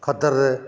ਖੱਦਰ ਦੇ